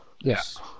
Yes